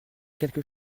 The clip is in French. quelque